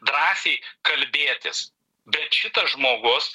drąsiai kalbėtis bet šitas žmogus